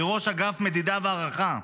היא ראש אגף מדידה והערכה.